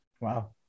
Wow